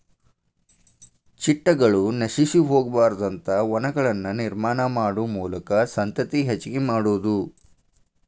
ಚಿಟ್ಟಗಳು ನಶಿಸಿ ಹೊಗಬಾರದಂತ ವನಗಳನ್ನ ನಿರ್ಮಾಣಾ ಮಾಡು ಮೂಲಕಾ ಸಂತತಿ ಹೆಚಗಿ ಮಾಡುದು